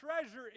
treasure